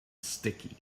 sticky